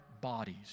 bodies